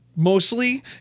Mostly